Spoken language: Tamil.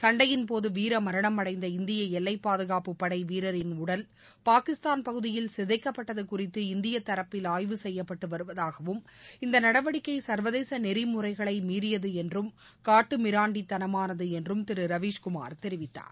சண்டையின் போது வீரமரணம் அடைந்த இந்திய எல்லைப்பாதுகாப்பு படை வீரரின் உடல் பாகிஸ்தான் பகுதியில் சிதைக்கப்பட்டது குறித்து இந்திய தரப்பில் ஆய்வு செய்யப்பட்டு வருவதாகவும் இந்த நடவடிக்கை சர்வதேச நெறிமுறைகளை மீறியது என்றும் காட்டு மிராண்டிதனமானது என்றும் திரு ரவீஸ்குமார் தெரிவித்தார்